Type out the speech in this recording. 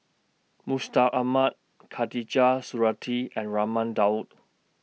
Mustaq Ahmad Khatijah Surattee and Raman Daud